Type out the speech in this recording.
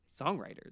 songwriters